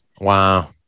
Wow